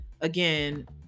again